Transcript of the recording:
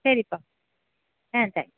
சரிப்பா ஆ தேங்க்ஸ்